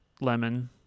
lemon